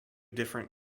different